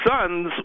Sons